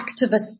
activists